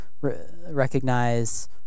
recognize